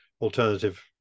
alternative